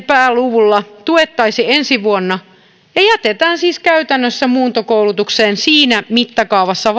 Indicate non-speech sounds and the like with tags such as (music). pääluvulla ensi vuonna ja ja jätetään siis käytännössä muuntokoulutukseen vastaamatta siinä mittakaavassa (unintelligible)